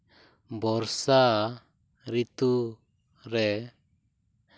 ᱵᱚᱨᱥᱟ ᱨᱤᱛᱩ ᱨᱮ